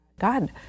God